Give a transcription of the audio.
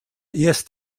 erst